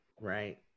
Right